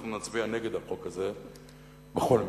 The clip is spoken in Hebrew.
אנחנו נצביע נגד החוק הזה בכל מקרה.